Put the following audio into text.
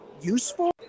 useful